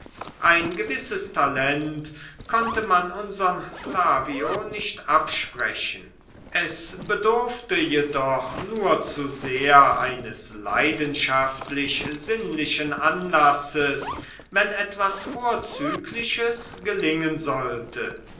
ein gewisses talent konnte man unserm flavio nicht absprechen es bedurfte jedoch nur zu sehr eines leidenschaftlich sinnlichen anlasses wenn etwas vorzügliches gelingen sollte